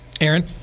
Aaron